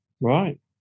Right